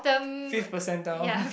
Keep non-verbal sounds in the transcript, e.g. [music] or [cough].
fifth percentile [laughs]